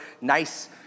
nice